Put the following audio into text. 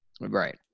Right